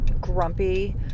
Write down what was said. grumpy